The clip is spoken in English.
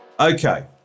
Okay